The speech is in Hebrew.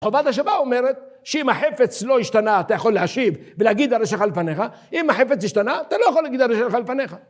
חובת השבה אומרת, שאם החפץ לא השתנה, אתה יכול להשיב ולהגיד הרי שלך לפניך. אם החפץ השתנה, אתה לא יכול להגיד הרי שלך לפניך.